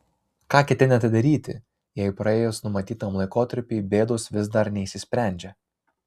ką ketinate daryti jei praėjus numatytam laikotarpiui bėdos vis dar neišsisprendžia